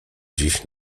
dziś